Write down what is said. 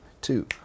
two